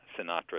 Sinatra